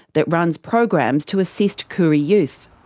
that runs programs to assist koori youth.